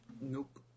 Nope